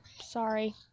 Sorry